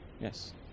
Yes